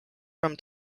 from